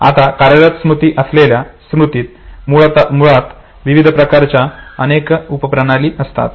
आता कार्यरत असलेल्या स्मृतीत मुळात विविध प्रकारच्या कार्यांच्या अनेक उपप्रणाली असतात